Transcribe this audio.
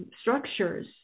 structures